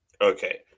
Okay